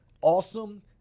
awesome